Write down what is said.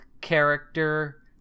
character